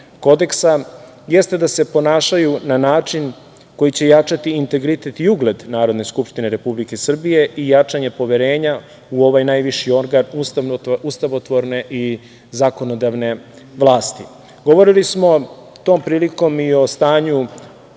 Kodeksa, jeste da se ponašaju na način koji će jačati integritet i ugled Narodne skupštine Republike Srbije i jačanje poverenja u ovaj najviši organ ustavotvorne i zakonodavne vlasti. Govorili smo tom prilikom i o stanju